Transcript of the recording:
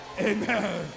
Amen